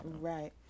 Right